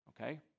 Okay